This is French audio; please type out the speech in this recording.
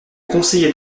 conseiller